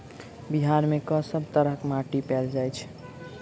बिहार मे कऽ सब तरहक माटि पैल जाय छै?